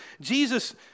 Jesus